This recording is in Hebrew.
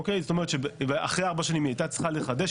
זאת אומרת שאחרי ארבע שנים היא הייתה צריכה לחדש.